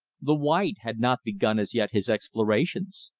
the white had not begun as yet his explorations.